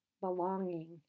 belonging